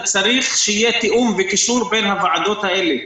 צריך שיהיה תיאום וקישור בין הוועדות האלה,